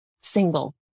single